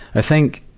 i think,